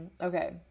Okay